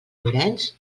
llorenç